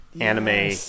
anime